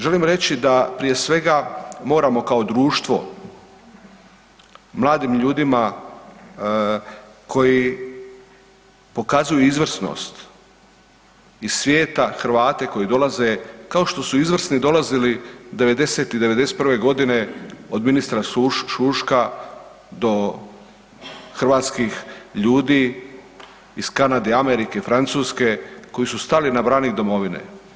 Želim reći da prije svega moramo kao društvo mladim ljudima koji pokazuju izvrsnost iz svijeta Hrvate koji dolaze kao što su izvrsni dolazili '90. i '91. godine od ministra Šuška do hrvatskih ljudi iz Kanade, Amerike, Francuske koji su stali na branik domovine.